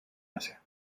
asia